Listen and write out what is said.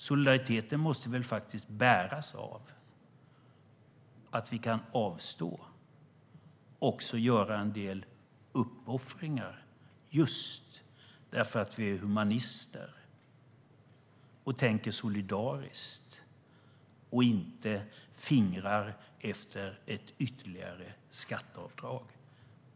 Solidariteten måste väl bäras av att vi kan avstå och också göra en del uppoffringar just därför att vi är humanister och tänker solidariskt och inte fikar efter ett ytterligare skatteavdrag?